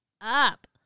up